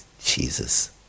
Jesus